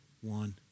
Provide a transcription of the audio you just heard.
one